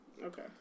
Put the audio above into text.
Okay